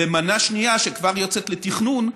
ומנה שנייה, שכבר יוצאת לתכנון,